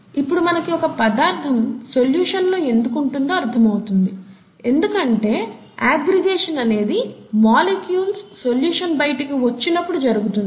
ఇప్పుడు మనకి ఒక పదార్ధం సొల్యూషన్ లో ఎందుకు ఉంటుందో అర్థం అవుతుంది ఎందుకంటే అగ్గ్రిగేషన్ అనేది మాలిక్యూల్స్ సొల్యూషన్ బైటకి వచ్చినప్పుడు జరుగుతుంది